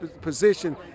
position